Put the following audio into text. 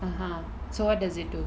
(uh huh) so what does it do